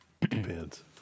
depends